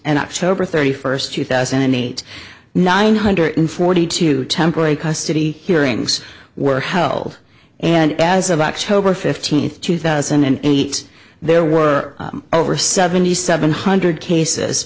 and october thirty first two thousand and eight nine hundred forty two temporary custody hearings were held and as of october fifteenth two thousand and eight there were over seventy seven hundred cases